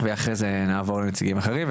ואחרי זה נעבור לנציגים אחרים,